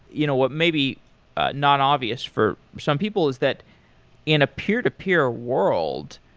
you know well maybe not obvious for some people is that in a peer-to-peer world,